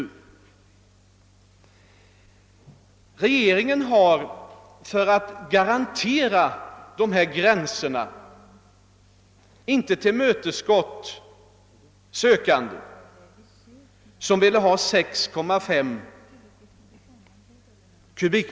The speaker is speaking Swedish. För att garantera de uppsatta gränserna har regeringen inte tillmötesgått sökanden, som ville ha 6,5 m3.